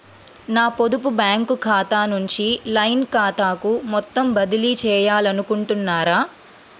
నా పొదుపు బ్యాంకు ఖాతా నుంచి లైన్ ఖాతాకు మొత్తం బదిలీ చేయాలనుకుంటున్నారా?